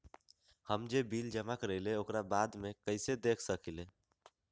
हम जे बिल जमा करईले ओकरा बाद में कैसे देख सकलि ह?